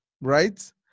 right